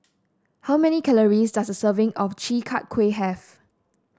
how many calories does a serving of Chi Kak Kuih have